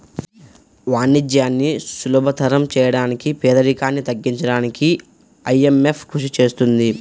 వాణిజ్యాన్ని సులభతరం చేయడానికి పేదరికాన్ని తగ్గించడానికీ ఐఎంఎఫ్ కృషి చేస్తుంది